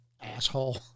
Asshole